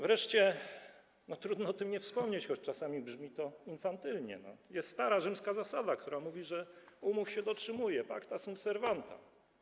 Wreszcie, trudno o tym nie wspomnieć, choć czasami brzmi to infantylnie, jest stara rzymska zasada, która mówi, że umów się dotrzymuje, pacta sunt servanda.